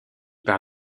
par